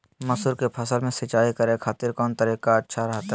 मसूर के फसल में सिंचाई करे खातिर कौन तरीका अच्छा रहतय?